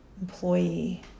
employee